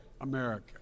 America